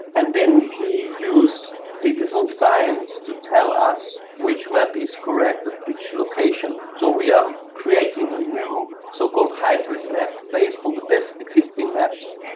and then we use citizen science to tell us which map is correct at which location. so we are creating a new so-called hybrid map based on the best existing maps,